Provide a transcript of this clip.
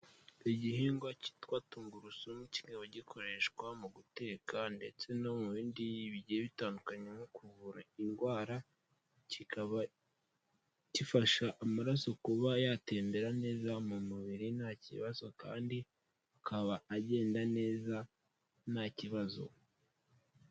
Igihingwa cyitwa tungurusumu kikaba gikoreshwa mu guteka ndetse no mu bindi bigiye bitandukanye nko kuvura indwara, kikaba gifasha amaraso kuba yatembera neza mu mubiri nta kibazo kandi akaba agenda neza nta kibazo.